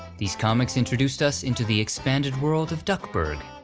these comics introduced us into the expanded world of duckburg.